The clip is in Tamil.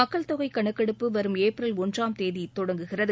மக்கள் தொகை கணக்கெடுப்பு வரும் ஏப்ரல் ஒன்றாம் தேதி தொடங்குகிறது